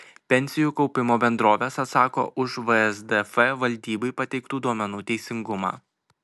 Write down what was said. pensijų kaupimo bendrovės atsako už vsdf valdybai pateiktų duomenų teisingumą